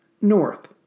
north